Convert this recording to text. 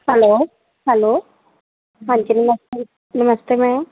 hello hello ਹਾਂਜੀ ਨਮਸਤੇ ਨਮਸਤੇ ਮੈਮ